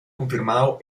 confirmado